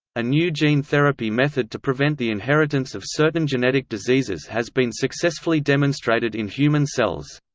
a new gene therapy method to prevent the inheritance of certain genetic diseases has been successfully demonstrated in human cells.